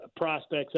prospects